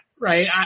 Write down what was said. Right